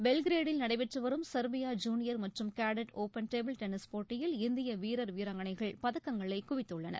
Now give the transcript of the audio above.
பெல்கிரேடில் நடைபெற்று வரும் Serbia junior மற்றும் கேடட் ஒப்பன் டேபிள் டென்னிஸ் போட்டியில் இந்திய வீரர் வீராங்கனைகள் பதக்கங்களை குவித்துள்ளனர்